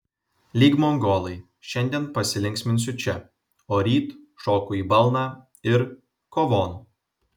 lyg mongolai šiandien pasilinksminsiu čia o ryt šoku į balną ir kovon